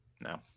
No